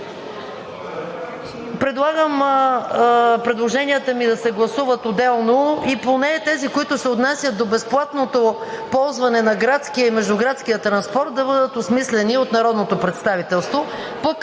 Предлагам предложенията ми да се гласуват отделно. И поне тези, които се отнасят до безплатното ползване на градския и междуградския транспорт, да бъдат осмислени от народното представителство.